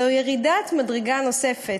זה ירידת מדרגה נוספת.